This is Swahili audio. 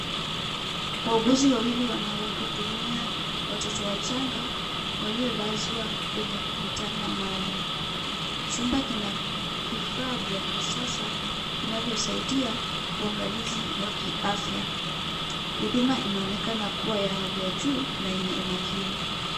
Wauguzi wawili wanawahudumia watoto wachanga waliolazwa kwenye vitanda maalum. Chumba kina vifaa vya kisasa vinavyosaidia uangalizi wa kiafya. Huduma inaonekana kuwa ya hali ya juu na yenye umakini.